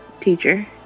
Teacher